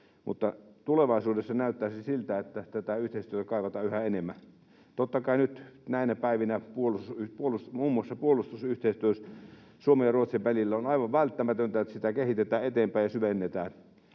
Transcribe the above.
mutta tulevaisuudessa näyttäisi siltä, että tätä yhteistyötä kaivataan yhä enemmän. Totta kai nyt näinä päivinä muun muassa puolustusyhteistyö Suomen ja Ruotsin välillä on aivan välttämätöntä, ja että sitä kehitetään eteenpäin ja syvennetään.